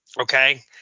okay –